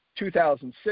2006